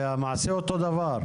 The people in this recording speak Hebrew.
הרי המעשה אותו דבר,